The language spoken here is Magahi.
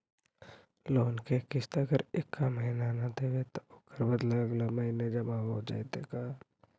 लोन के किस्त अगर एका महिना न देबै त ओकर बदले अगला महिना जमा हो जितै का?